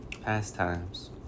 Pastimes